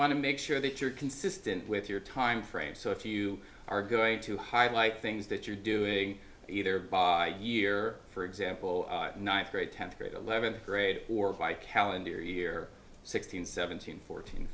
want to make sure that you're consistent with your timeframe so if you are going to highlight things that you're doing either by the year for example ninth grade tenth grade eleventh grade or by calendar year sixteen seventeen fourteen